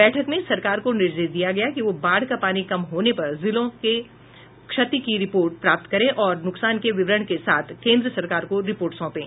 बैठक में सरकार को निर्देश दिया गया कि वह बाढ़ का पानी कम होने पर जिलों से क्षति की रिपोर्ट प्राप्त करे और नुकसान के विवरण के साथ केन्द्र सरकार को रिपोर्ट सौंपे